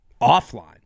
offline